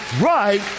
right